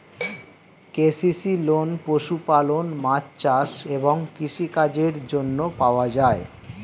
KCC loan পশুপালন, মাছ চাষ এবং কৃষি কাজের জন্য পাওয়া যায়